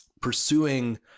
pursuing